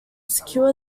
secure